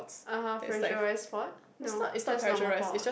(uh huh) pressurize what no just normal